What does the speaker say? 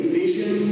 vision